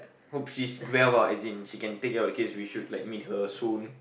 hope she's well ah as in she can take care of the kids we should like meet her soon